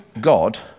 God